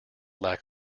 lack